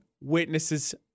witnesses